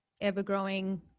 ever-growing